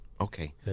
Okay